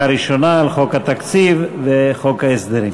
הראשונה על חוק התקציב וחוק ההסדרים.